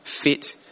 fit